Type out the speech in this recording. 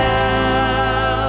now